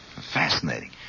Fascinating